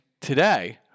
today